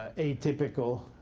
ah atypical.